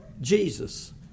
Jesus